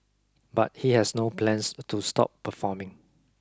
but he has no plans to stop performing